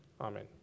Amen